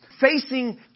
facing